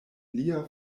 lia